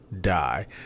die